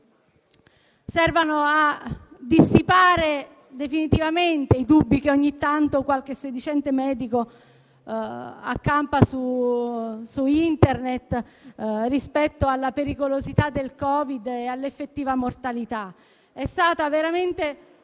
servano a dissipare definitivamente i dubbi che ogni tanto qualche sedicente medico accampa su Internet rispetto alla pericolosità del Covid e all'effettiva mortalità. È stata veramente